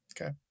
Okay